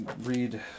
read